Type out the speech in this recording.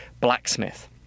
blacksmith